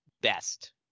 best